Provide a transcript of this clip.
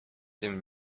tym